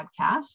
podcast